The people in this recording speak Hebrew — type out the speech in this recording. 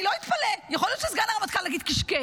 אני לא אתפלא, יכול להיות שסגן הרמטכ"ל נגיד קשקש.